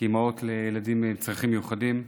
כאימהות לילדים עם צרכים מיוחדים.